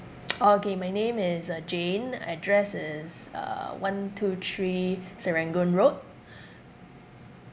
okay my name is uh jane address is uh one two three serangoon road